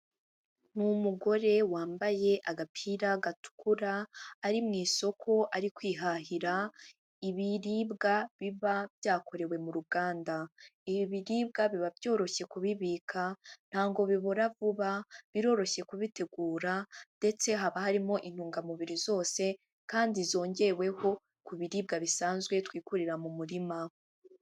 Ni umugore wambaye agapira gatukura, ari mu isoko ari kwihahira, ibiribwa biba byakorewe mu ruganda, ibi biribwa biba byoroshye kubibika, ntabwo bibora vuba, biroroshye kubitegura, ndetse haba harimo intungamubiri zose, kandi zongeweho ku biribwa bisanzwe twikurira mu murima.